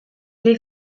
les